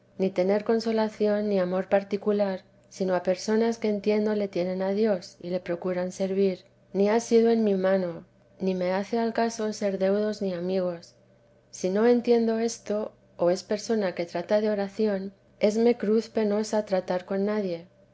ni tener consolación ni amor particular sino a personas que entiendo le tienen a dios y le procuran servir ni ha sido en mi mano ni me hace al caso ser deudos ni amigos si no entiendo esto o es persona que trata de oración esme cruz penosa tratar con nadie